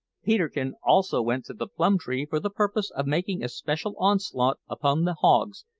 peterkin also went to the plum-tree for the purpose of making a special onslaught upon the hogs,